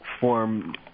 form